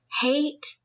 hate